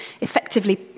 effectively